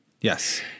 Yes